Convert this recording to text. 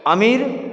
अमीर